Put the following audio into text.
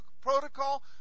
protocol